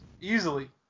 easily